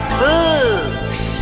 books